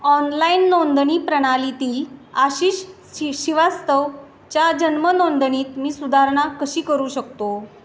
online नोंदणी प्रणालीतील आशिष शि श्रीवास्तवच्या जन्मनोंदणीत मी सुधारणा कशी करू शकतो